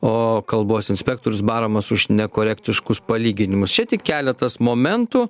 o kalbos inspektorius baramas už nekorektiškus palyginimus čia tik keletas momentų